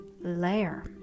layer